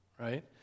right